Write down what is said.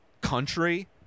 country